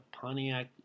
Pontiac